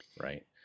right